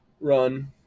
run